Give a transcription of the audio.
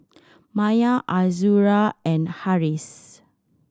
Maya Azura and Harris